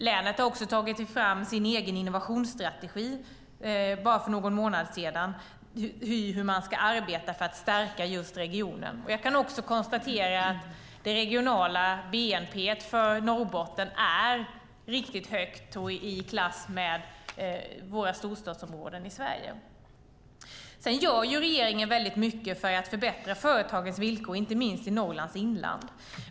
Länet har tagit fram en egen innovationsstrategi bara för någon månad sedan för hur man ska arbeta för att stärka regionen. Jag kan konstatera att den regionala bnp:n för Norrbotten är riktigt hög, i klass med våra storstadsområden. Regeringen gör mycket för att förbättra företagens villkor, inte minst i Norrlands inland.